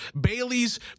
Bailey's